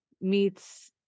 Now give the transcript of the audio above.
meets